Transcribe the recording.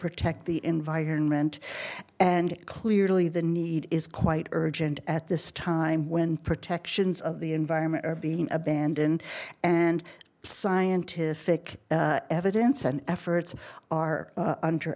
protect the environment and clearly the need is quite urgent at this time when protections of the environment are being abandoned and scientific evidence and efforts are under